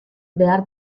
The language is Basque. behar